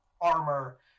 armor